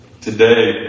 Today